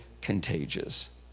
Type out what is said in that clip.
contagious